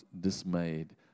dismayed